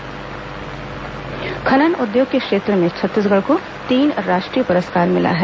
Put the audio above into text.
खनन उद्योग पुरस्कार खनन उद्योग के क्षेत्र में छत्तीसगढ़ को तीन राष्ट्रीय पुरस्कार मिला है